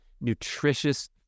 nutritious